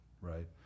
right